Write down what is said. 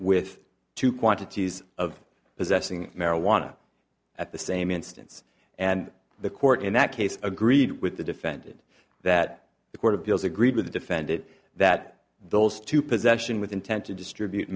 with two quantities of possessing marijuana at the same instance and the court in that case agreed with the defended that the court of appeals agreed with the defended that those two possession with intent to distribute